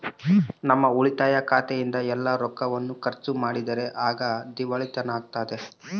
ನಮ್ಮ ಉಳಿತಾಯ ಖಾತೆಯಿಂದ ಎಲ್ಲ ರೊಕ್ಕವನ್ನು ಖರ್ಚು ಮಾಡಿದರೆ ಆಗ ದಿವಾಳಿತನವಾಗ್ತತೆ